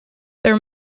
there